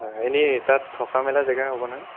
হয় এনেই তাত থকা মেলা জেগা হ'বনে